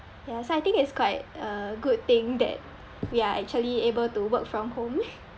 ya so I think it's quite a good thing that we are actually able to work from home